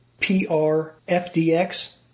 PRFDX